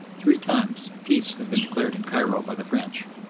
three times peace had been declared in cairo by the french,